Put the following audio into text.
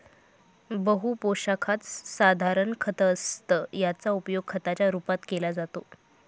बहु पोशाखात साधारण खत असतं याचा उपयोग खताच्या रूपात केला जातो